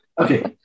Okay